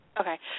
Okay